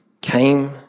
came